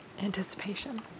Anticipation